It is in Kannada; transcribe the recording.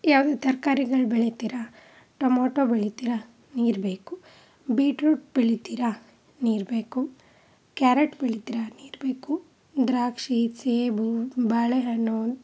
ಯಾವುದೇ ತರ್ಕಾರಿಗಳು ಬೆಳೀತೀರಾ ಟೊಮೋಟೊ ಬೆಳೀತೀರಾ ನೀರು ಬೇಕು ಬೀಟ್ರೂಟ್ ಬೆಳೀತೀರಾ ನೀರು ಬೇಕು ಕ್ಯಾರೆಟ್ ಬೆಳೀತೀರಾ ನೀರು ಬೇಕು ದ್ರಾಕ್ಷಿ ಸೇಬು ಬಾಳೆಹಣ್ಣು